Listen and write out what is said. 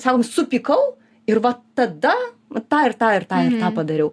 sakom supykau ir va tada tą ir tą ir tą ir tą padariau